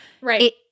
Right